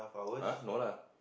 (huh) no lah